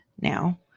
now